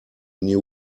new